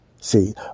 See